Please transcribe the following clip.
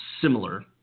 similar